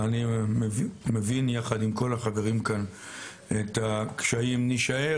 אני מבין יחד עם כל החברים כאן את הקשיים להישאר,